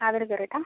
അതിൽ കയറിയിട്ടാണോ